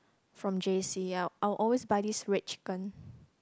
from J_C I I always buy this red chicken